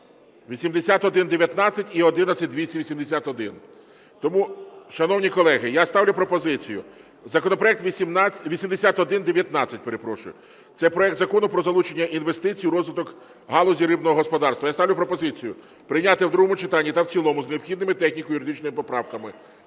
8119 і 11281. Тому, шановні колеги, я ставлю пропозицію законопроект 8119, це проект Закону про залучення інвестицій у розвиток галузі рибного господарства. Я ставлю пропозицію прийняти в другому читанні та в цілому з необхідними техніко-юридичними поправками.